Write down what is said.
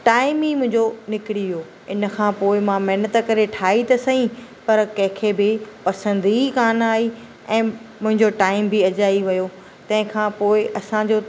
time ई मुंहिंजो निकिरी वियो इनखां पोइ मां महिनत करे ठाही त सही पर कंहिंखे बि पसंदि ई कान आई ऐं मुंहिंजो टाइम बि अजाई वियो तंहिंखा पोइ असांजो